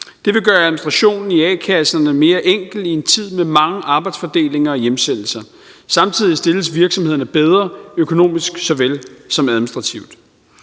Det vil gøre administrationen i a-kasserne mere enkel i en tid med mange arbejdsfordelinger og hjemsendelser. Samtidig stilles virksomhederne bedre økonomisk såvel som administrativt.